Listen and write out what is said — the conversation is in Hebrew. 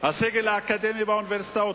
הסגל האקדמי באוניברסיטאות,